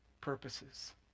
purposes